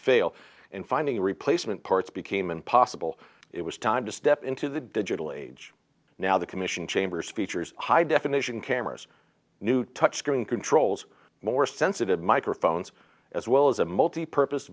fail and finding a replacement parts became impossible it was time to step into the digital age now the commission chambers features high definition cameras new touch screen controls more sensitive microphones as well as a multipurpose